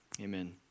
Amen